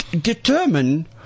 Determine